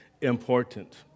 important